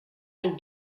new